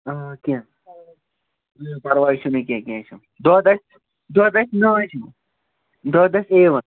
پرواے چھُنہٕ کینٛہہ کینٛہہ چھُنہٕ دۄد آسہِ دۄد آسہِ نعت ہیوٗ دۄد آسہِ اے وَن